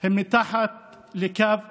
הם מתחת לקו העוני.